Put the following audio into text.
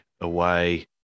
away